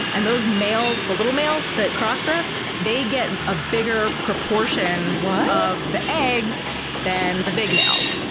and those males, the little males that cross-dress they get a bigger proportion of the eggs than the big males.